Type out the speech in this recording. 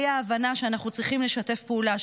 בלי ההבנה שאנחנו צריכים לשתף פעולה,